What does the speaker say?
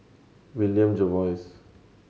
William Jervois